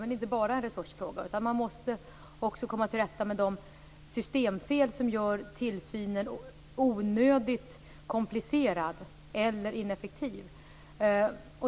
Men det är inte bara en resursfråga, utan man måste också komma till rätta med de systemfel som gör tillsynen onödigt komplicerad eller ineffektiv.